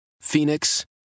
Phoenix